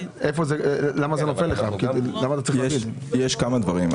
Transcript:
יש כמה דברים.